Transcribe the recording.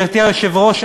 גברתי היושבת-ראש,